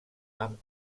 amb